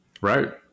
right